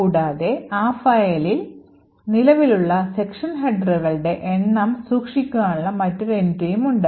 കൂടാതെ ആ ഫയലിൽ നിലവിലുള്ള സെക്ഷൻ ഹെഡറുകളുടെ എണ്ണം സൂക്ഷിക്കുവാനുള്ള മറ്റൊരു എൻട്രിയും ഉണ്ട്